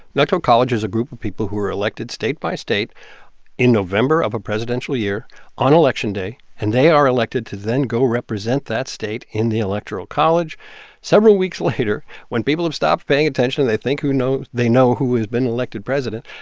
electoral college is a group of people who were elected state by state in november of a presidential year on election day. and they are elected to then go represent that state in the electoral college several weeks later when people have stopped paying attention. they think they know who has been elected president.